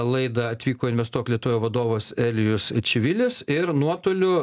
laidą atvyko investuok lietuvoje vadovas elijus čivilis ir nuotoliu